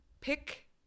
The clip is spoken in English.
pick